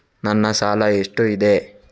ನನ್ನ ಸಾಲ ಎಷ್ಟು ಇದೆ?